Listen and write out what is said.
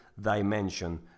dimension